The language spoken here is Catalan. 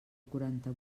quaranta